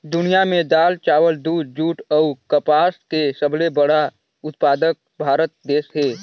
दुनिया में दाल, चावल, दूध, जूट अऊ कपास के सबले बड़ा उत्पादक भारत देश हे